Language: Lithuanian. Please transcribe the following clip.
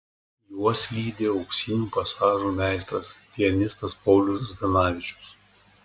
juos lydi auksinių pasažų meistras pianistas paulius zdanavičius